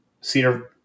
Cedar